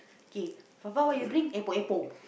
kay Fafa what you bring epok-epok